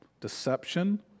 deception